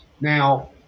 Now